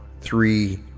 three